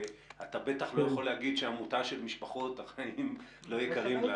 ואתה בטח לא יכול להגיד שלעמותה של משפחות החיים לא יקרים.